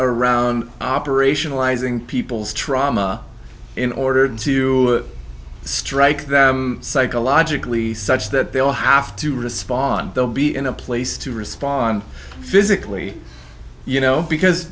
around operationalizing people's trauma in order to strike them psychologically such that they'll have to respond they'll be in a place to respond physically you know because